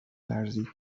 لرزید